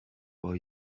while